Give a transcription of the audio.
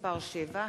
פספסתי את ההצבעה.